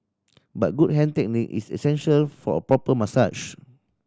but good hand technique is essential for a proper massage